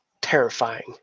terrifying